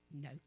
no